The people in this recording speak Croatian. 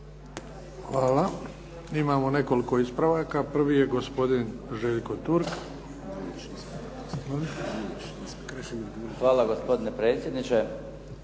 Hvala. Imamo nekoliko ispravaka. Prvo je gospodin Željko Turk. **Turk, Željko (HDZ)** Hvala gospodine predsjedniče.